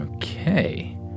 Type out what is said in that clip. Okay